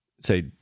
say